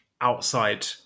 outside